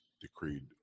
decreed